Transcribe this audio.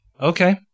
Okay